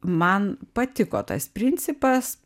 man patiko tas principas